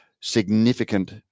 significant